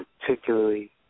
particularly